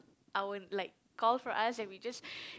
our like call for us and we just